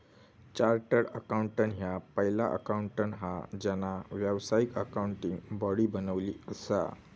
chartered accountant ह्या पहिला accountant हा ज्यांना व्यावसायिक अकाउंटिंग बॉडी बनवली असा